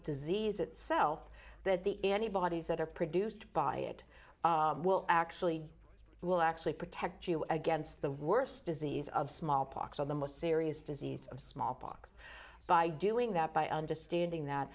disease itself that the any bodies that are produced by it will actually will actually protect you against the worst disease of smallpox on the most serious disease of smallpox by doing that by understanding that